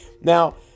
Now